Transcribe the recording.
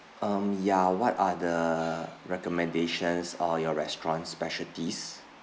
um ya what are the recommendations or your restaurant's specialties